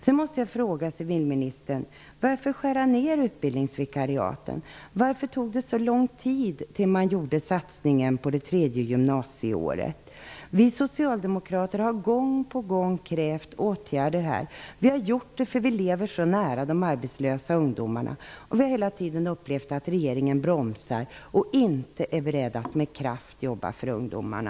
Jag måste fråga civilministern: Varför skära ner på utbildningsvikariaten? Varför tog det så lång tid innan man gjorde satsningen på det tredje gymnasieåret? Vi socialdemokrater har gång på gång krävt åtgärder. Vi har gjort det därför att vi lever så nära de arbetslösa ungdomarna. Vi har hela tiden upplevt att regeringen bromsar och inte är beredd att med kraft jobba för ungdomarna.